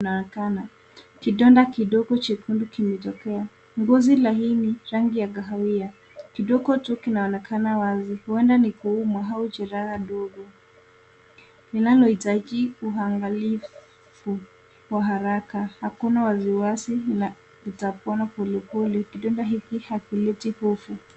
...unaonekana. Kidonda kidogo chekundu kimetokea ngozi laini, rangi ya kahawia kidogo tu kinaonekana wazi huenda ni kuumwa au jeraha ndogo linalohitaji uangalifu wa haraka. Hakuna wasiwasi na kitapona polepole. Kidonda hiki hakileti hofu.